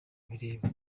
bireba